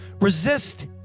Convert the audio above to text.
Resist